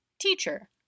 Teacher